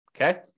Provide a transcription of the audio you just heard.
Okay